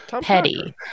Petty